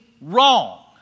wrong